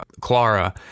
Clara